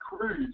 cruise